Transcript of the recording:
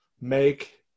make